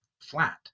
flat